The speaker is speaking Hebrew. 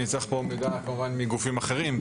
אני צריך פה מידע כמובן מגופים אחרים,